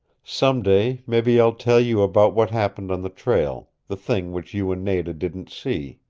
some day mebby i'll tell you about what happened on the trail, the thing which you and nada didn't see.